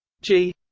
g